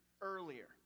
earlier